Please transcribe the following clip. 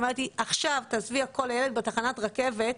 היא אומרת לי, עכשיו תעזבי הכול, הילד בתחנת רכבת.